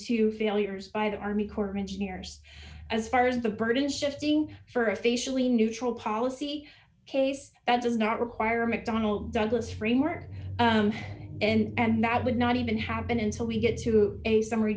two failures by the army corps of engineers as far as the burden is shifting for officially neutral policy case that does not require a mcdonnell douglas framework and that would not even happen until we get to a summary